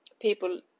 people